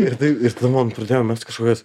ir tai ir tada man pradėjo mest kažkokias